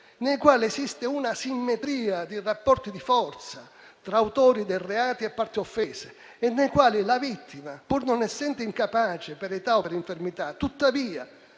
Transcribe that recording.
nei quali esiste un'asimmetria di rapporti di forza tra autori dei reati e parti offese e nei quali la vittima, pur non essendo incapace per età o per infermità, tuttavia,